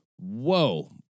whoa